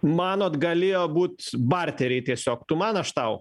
manot galėjo būt barteriai tiesiog tu man aš tau